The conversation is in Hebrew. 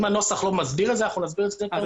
אם הנוסח לא מסביר את זה, אנחנו נסביר יותר טוב.